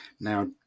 now